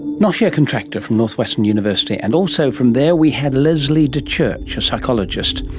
noshir contractor from northwestern university. and also from there we had leslie dechurch, a psychologist.